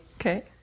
Okay